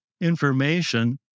information